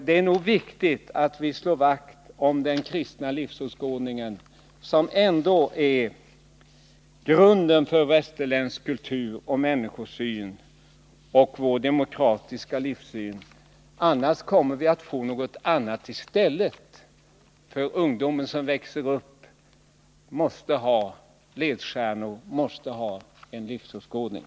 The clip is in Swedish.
Det är viktigt att vi slår vakt om den kristna livsåskådningen, som utgör grunden för västerländsk kultur och människosyn och för vår demokratiska livshållning. Annars kommer vi att få något annat i stället, för ungdomen som växer upp måste ha ledstjärnor, måste ha en livsåskådning.